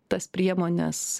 tas priemones